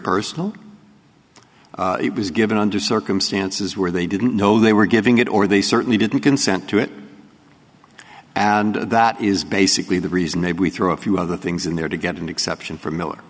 personal it was given under circumstances where they didn't know they were giving it or they certainly didn't consent to it and that is basically the reason maybe throw a few other things in there to get an exception for miller